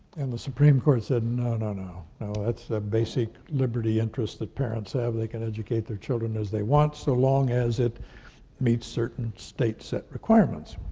and the supreme court said, no, no, no. no, that's a basic liberty interest that parents have. they can educate their children as they want, so long as it meets certain state set requirements.